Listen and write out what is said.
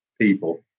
people